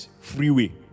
freeway